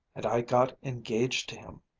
and i got engaged to him.